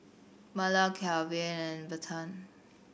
Myrle Calvin and Bethann